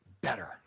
better